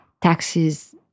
taxes